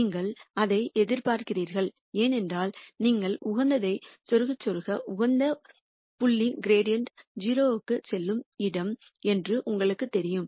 நீங்கள் அதை எதிர்பார்க்கிறீர்கள் ஏனென்றால் நீங்கள் உகந்ததை நெருங்க நெருங்க உகந்த புள்ளி கிரீடிஅண்ட் 0 க்கு செல்லும் இடம் என்று உங்களுக்குத் தெரியும்